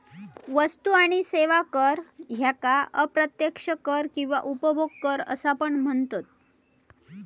वस्तू आणि सेवा कर ह्येका अप्रत्यक्ष कर किंवा उपभोग कर असा पण म्हनतत